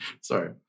Sorry